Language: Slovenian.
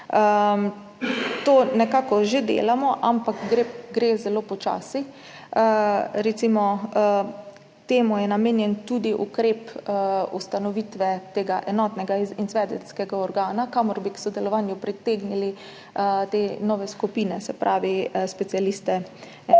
to nekako že delamo, ampak gre zelo počasi. Temu je recimo namenjen tudi ukrep ustanovitve tega enotnega izvedenskega organa, kamor bi k sodelovanju pritegnili te nove skupine, se pravi specialiste